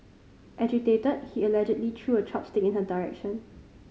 agitated he allegedly threw a chopstick in her direction